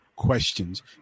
questions